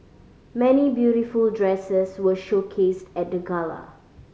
many beautiful dresses were showcased at the gala